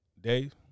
Dave